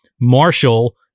Marshall